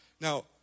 Now